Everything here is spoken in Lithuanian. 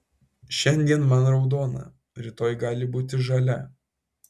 šiandien man raudona rytoj gali būti žalia